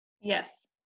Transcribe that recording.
Yes